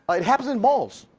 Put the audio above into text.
it happens in malls.